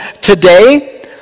today